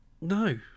No